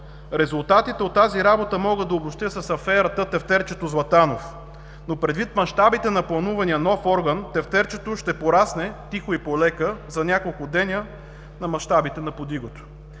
Резултатите от тази работа мога да обобщя с аферата „Тефтерчето Златанов“. Предвид мащабите на планувания нов орган, „тефтерчето“ ще порасне тихо и полека за няколко дена на мащабите на „Под игото“.